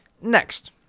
Next